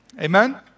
Amen